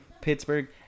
Pittsburgh